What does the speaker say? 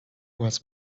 was